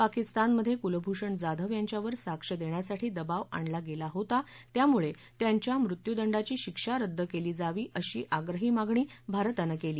पाकिस्तानमध्ये कुलभूषण जाधव यांच्यावर साक्ष देण्यासाठी दबाव आणला गेला होता त्यामुळे त्यांच्या मृत्युदंडाची शिक्षा रद्द केली जावी अशी आग्रही मागणी भारतानं केली